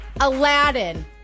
Aladdin